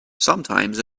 sometimes